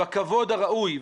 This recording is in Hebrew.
בכבוד הראוי,